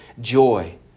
joy